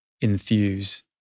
infuse